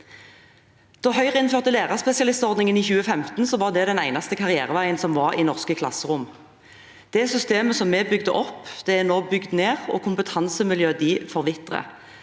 Da Høyre innførte lærerspesialistordningen i 2015, var det den eneste karriereveien i norske klasserom. Det systemet som vi bygde opp, er nå bygd ned, og kompetansemiljøene forvitrer.